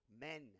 men